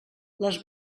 les